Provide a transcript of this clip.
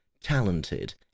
talented